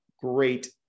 great